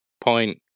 point